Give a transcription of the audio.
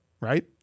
right